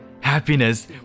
Happiness